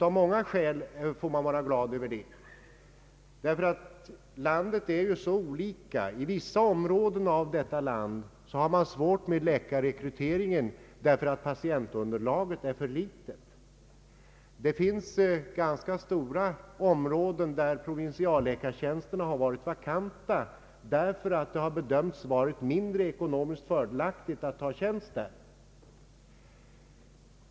Av många skäl får man vara glad över det. Förhållandena är nämligen så olika i landet. I vissa områden har man svårigheter med läkarrekryteringen därför ati patientunderlaget är för litet. Det finns ganska stora områden där provinsialläkartjänsterna varit vakanta därför att det har bedömts vara mindre ekonomiskt fördelaktigt alt ta tjänst där.